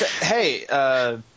Hey